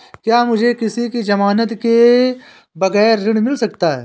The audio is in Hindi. क्या मुझे किसी की ज़मानत के बगैर ऋण मिल सकता है?